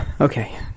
Okay